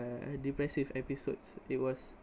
uh depressive episodes it was